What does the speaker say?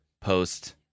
post